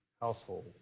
household